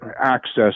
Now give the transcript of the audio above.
access